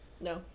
No